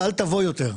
אל תבוא יותר".